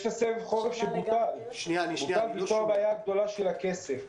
יש את סבב החורף שבוטל ונוצרה בעיה גדולה של הכסף.